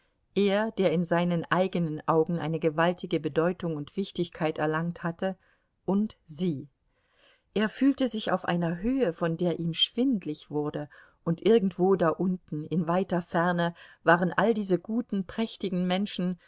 er der in seinen eigenen augen eine gewaltige bedeutung und wichtigkeit erlangt hatte und sie er fühlte sich auf einer höhe von der ihm schwindlig wurde und irgendwo da unten in weiter ferne waren all diese guten prächtigen menschen